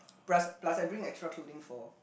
plus plus I bring extra clothing for